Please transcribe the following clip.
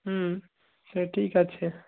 হুম সে ঠিক আছে